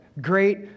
Great